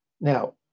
Now